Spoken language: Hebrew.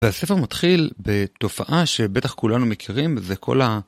והספר מתחיל בתופעה שבטח כולנו מכירים, זה כל ה...